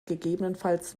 gegebenenfalls